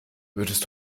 würdest